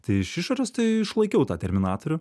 tai iš išorės tai išlaikiau tą terminatorių